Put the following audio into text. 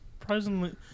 surprisingly